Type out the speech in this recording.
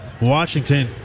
Washington